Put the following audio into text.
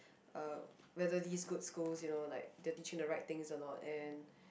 uh whether these good schools you know like they're teaching the right things or not and